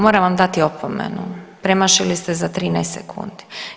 Moram vam dati opomenu, premašili ste za 13 sekundi.